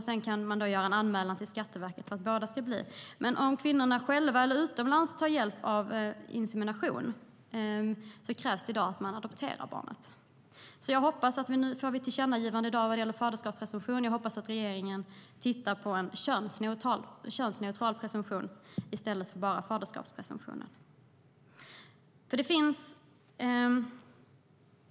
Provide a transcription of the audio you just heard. Sedan kan man göra en anmälan till Skatteverket om att båda ska vara det. Men om kvinnorna inseminerar själva eller får hjälp utomlands krävs i dag att barnet adopteras. Nu får vi ett tillkännagivande vad gäller faderskapspresumtion, och jag hoppas att regeringen tittar på en könsneutral presumtion i stället för enbart faderskapspresumtion.